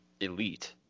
elite